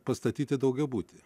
pastatyti daugiabutį